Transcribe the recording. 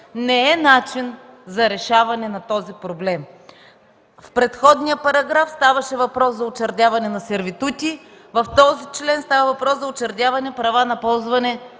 не е начин за решаване на този проблем. В преходния параграф ставаше въпрос за учредяване на сервитути, а в този член става въпрос за учредяване права за ползване